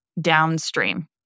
downstream